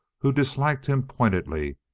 who disliked him pointedly,